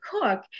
cook